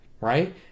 right